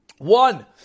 One